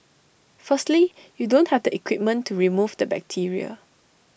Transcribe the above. firstly you don't have the equipment to remove the bacteria